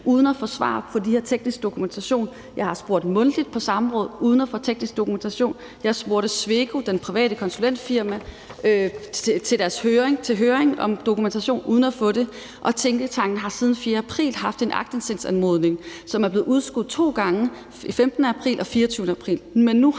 uden at få svar på det her med den tekniske dokumentation. Jeg har spurgt mundtligt på samråd uden at få teknisk dokumentation. Jeg spurgte Sweco, det private konsulentfirma, til deres høring om dokumentation uden at få det. Og tænketanken har siden den 4. april haft en aktindsigtsanmodning, som er blevet udskudt to gange, den 15. april og den 24. april.